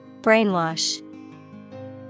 Brainwash